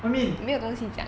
what you mean